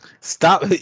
Stop